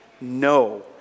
No